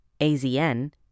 AZN